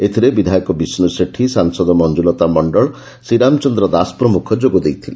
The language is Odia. ଏଥିରେ ବିଧାୟକ ବିଷ୍ ସେଠୀ ସାଂସଦ ମଞ୍ଚୁଲତା ମଣ୍ଡଳ ଶ୍ରୀରାମ ଚନ୍ଦ୍ର ଦାସ ପ୍ରମୁଖ ଯୋଗ ଦେଇଥିଲେ